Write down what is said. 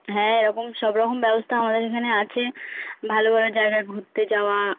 হ্যাঁ এরকম সব রকম ব্যবস্থা আমাদের এখানে আছে ভালো ভালো জায়গা ঘুরতে যাওয়া